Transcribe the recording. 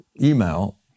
email